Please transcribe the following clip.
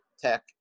tech